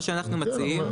מה שאנחנו מציעים